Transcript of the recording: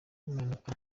y’impanuka